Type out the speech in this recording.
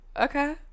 okay